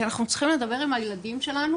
כי אנחנו צריכים לדבר עם הילדים שלנו